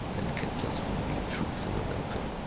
and kept us from being truthful and open.